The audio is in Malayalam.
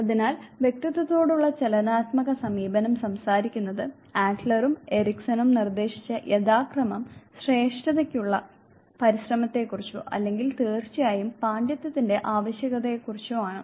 അതിനാൽ വ്യക്തിത്വത്തോടുള്ള ചലനാത്മക സമീപനം സംസാരിക്കുന്നത് അഡ്ലറും എറിക്സണും നിർദ്ദേശിച്ച യഥാക്രമം ശ്രേഷ്ഠതയ്ക്കുള്ള പരിശ്രമത്തെക്കുറിച്ചോ അല്ലെങ്കിൽ തീർച്ചയായും പാണ്ഡിത്യത്തിന്റെ ആവശ്യകതയെക്കുറിച്ചോ ആണ്